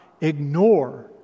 ignore